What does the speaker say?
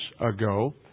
ago